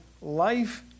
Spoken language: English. life